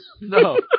No